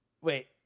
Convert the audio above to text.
wait